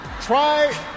try